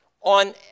on